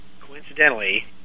coincidentally